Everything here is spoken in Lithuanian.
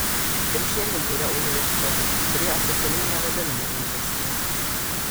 ir šiandien yra universitetų kurie oficialiai nevadinami universitetais